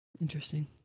Interesting